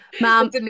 ma'am